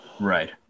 Right